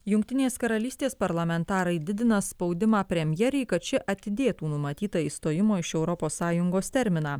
jungtinės karalystės parlamentarai didina spaudimą premjerei kad ši atidėtų numatytą išstojimo iš europos sąjungos terminą